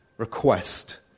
request